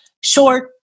short